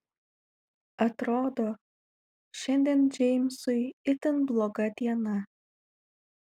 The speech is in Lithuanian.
atrodo šiandien džeimsui itin bloga diena